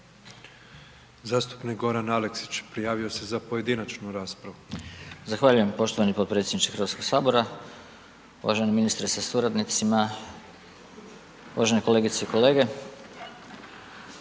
Zastupnik Goran Aleksić, prijavio se za pojedinačnu raspravu. **Aleksić, Goran (SNAGA)** Zahvaljujem poštovani potpredsjedniče Hrvatskog sabora, uvaženi ministre sa suradnicima, uvažene kolegice i kolege,